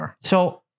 So-